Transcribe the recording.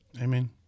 amen